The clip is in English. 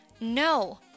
No